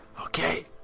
Okay